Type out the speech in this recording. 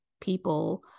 people